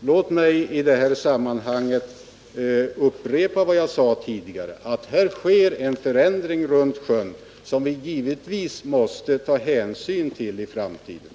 Låt mig i sammanhanget upprepa vad jag sade tidigare, nämligen att det sker en förändring runt sjön, som vi givetvis måste ta hänsyn till i framtiden.